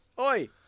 Oi